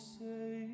say